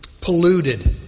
polluted